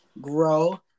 grow